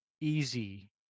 easy